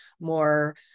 more